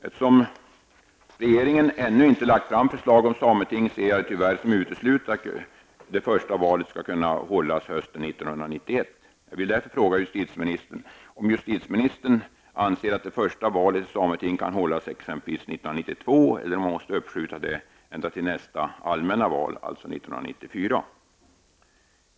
Eftersom regeringen ännu inte lagt fram förslag om sameting ser jag det tyvärr som uteslutet att det första valet skall kunna hållas hösten 1991. Jag vill därför fråga justitieministern om hon anser att det första valet till sameting kan hållas exempelvis 1992 eller om man måste uppskjuta detta ända till nästa allmänna val, alltså 1994.